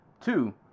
Two